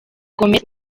gomez